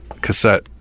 cassette